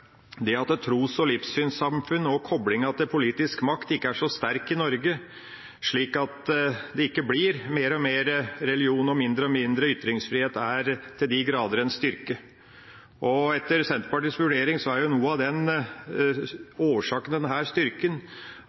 koblinga mellom tros- og livssynssamfunn og politisk makt ikke er så sterk i Norge, slik at det ikke blir mer og mer religion og mindre og mindre ytringsfrihet, er til de grader en styrke. Etter Senterpartiets vurdering er noe av årsaken til denne styrken